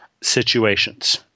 situations